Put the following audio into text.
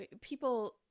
people